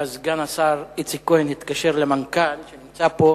ואז סגן השר איציק כהן התקשר למנכ"ל, שנמצא פה,